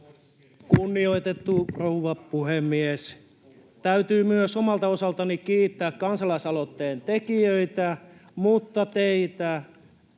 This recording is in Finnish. Kunnioitettu rouva puhemies! Täytyy myös omalta osaltani kiittää kansalaisaloitteen tekijöitä, teitä